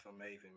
amazing